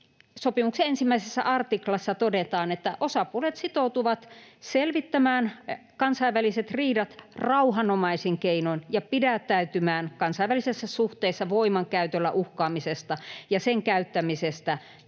sopimuksen 1 artiklassa todetaan, osapuolet sitoutuvat selvittämään kansainväliset riidat rauhanomaisin keinon ja pidättäytymään kansainvälisissä suhteissa voimankäytöllä uhkaamisesta ja voiman käyttämisestä